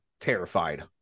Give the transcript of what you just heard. terrified